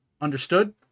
Understood